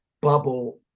bubble